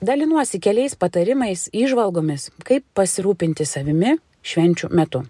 dalinuosi keliais patarimais įžvalgomis kaip pasirūpinti savimi švenčių metu